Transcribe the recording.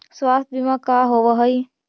स्वास्थ्य बीमा का होव हइ?